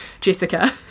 Jessica